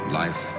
life